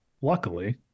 luckily